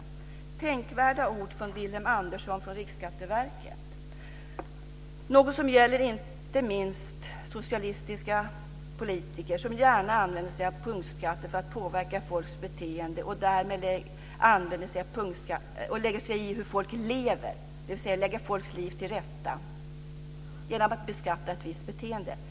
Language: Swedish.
Det är tänkvärda ord av Vilhelm Andersson från Riksskatteverket, och de gäller inte minst socialistiska politiker som gärna använder sig av punktskatter för att påverka folks beteende och lägga sig i hur folk lever, dvs. de lägger folks liv till rätta genom att beskatta ett visst beteende.